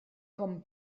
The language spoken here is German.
kommen